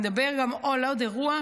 ונדבר גם על עוד אירוע,